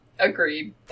Agreed